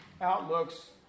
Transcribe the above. outlooks